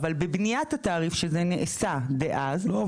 אבל בבניית התעריף כשזה נעשה דאז לקחו --- לא,